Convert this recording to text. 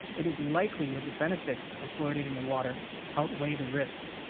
it is likely that the benefits of fluoridating the water outweigh the risks.